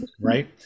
right